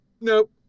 nope